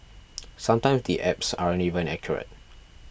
sometimes the apps aren't even accurate